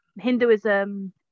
Hinduism